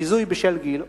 ביזוי בשל גיל).